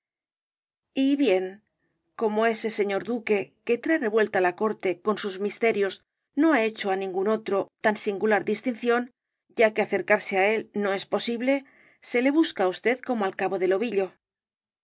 y bien como ese señor duque que trae revuelta la corte con sus misterios no ha hecho á ningún otro tan singular distinción ya que acercarse á él no es posible se le busca á usted como al cabo del ovillo